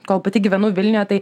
kol pati gyvenu vilniuje tai